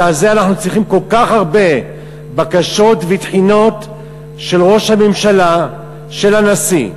שעל זה אנחנו צריכים כל כך הרבה בקשות ותחינות של ראש הממשלה ושל הנשיא.